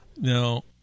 Now